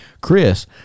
Chris